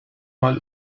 mal